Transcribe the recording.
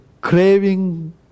craving